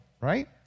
right